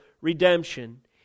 redemption